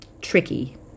tricky